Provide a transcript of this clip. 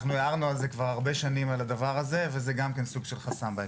אנחנו מעירים על כך כבר הרבה שנים וגם זה סוג של חסם.